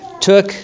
took